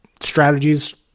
strategies